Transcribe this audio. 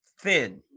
thin